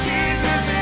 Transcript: Jesus